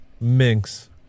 minx